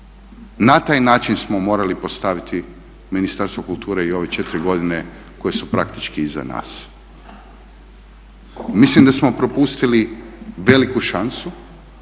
Na taj način smo morali postaviti Ministarstvu kulture i ove 4 godine koje su praktički iza nas. Mislim da smo propustili veliku šansu